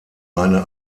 eine